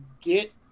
get